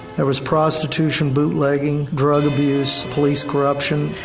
there was prostitution, bootlegging, drug abuse, police corruption.